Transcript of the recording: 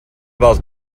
val